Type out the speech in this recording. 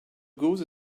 goose